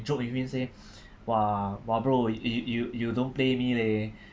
joke with him say !wah! !wah! bro you you you don't play me leh